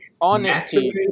honesty